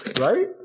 right